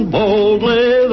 boldly